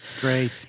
great